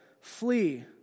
flee